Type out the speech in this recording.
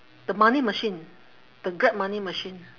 the money machine the grab money machine